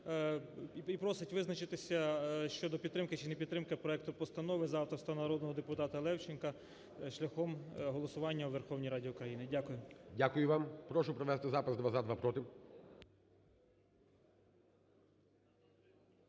І просить визначитися щодо підтримки чи непідтримки проекту постанови за авторства народного депутата Левченка шляхом голосування у Верховній Раді України. Дякую. ГОЛОВУЮЧИЙ. Дякую вам. Прошу провести запис: два – за, два – проти.